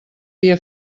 dia